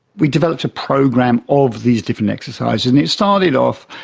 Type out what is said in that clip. we developed a program of these different exercises, and it started off,